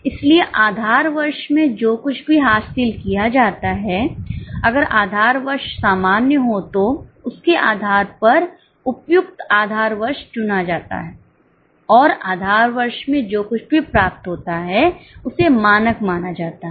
इसलिए आधार वर्ष में जो कुछ भी हासिल किया जाता है अगर आधार वर्ष सामान्य हो तो उसके आधार पर उपयुक्त आधार वर्ष चुना जाता है और आधार वर्ष में जो कुछ भी प्राप्त होता है उसे मानक माना जाता है